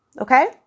Okay